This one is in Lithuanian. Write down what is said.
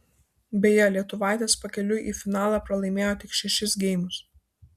beje lietuvaitės pakeliui į finalą pralaimėjo tik šešis geimus